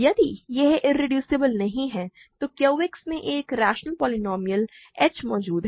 यदि यह इरेड्यूसिबल नहीं है तो Q X में एक रैशनल पोलीनोमिअल h मौजूद है